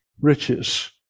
riches